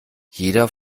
jeder